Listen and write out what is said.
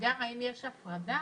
וגם האם יש הפרדה